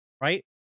right